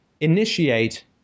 initiate